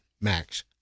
Max